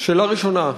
שאלה ראשונה,